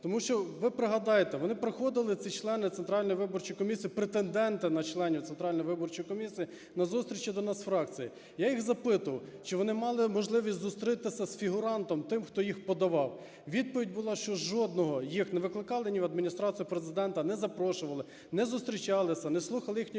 Тому що ви пригадайте, вони приходили, ці члени Центральної виборчої комісії, претенденти на членів Центральної виборчої комісії на зустрічі до нас у фракції. Я їх запитував, чи вони мали можливість зустріти з фігурантом, тим, хто їх подавав. Відповідь була, що жодного – їх не викликали ні в Адміністрацію Президента, не запрошували, не зустрічалися, не слухали їхньої